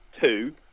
two